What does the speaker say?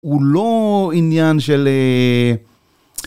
הוא לא עניין של.